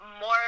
more